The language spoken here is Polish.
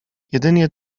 jedynie